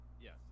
Yes